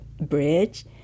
bridge